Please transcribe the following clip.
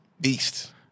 beast